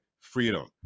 Freedom